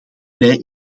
mij